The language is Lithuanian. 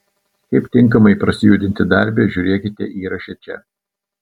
kaip tinkamai prasijudinti darbe žiūrėkite įraše čia